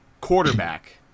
quarterback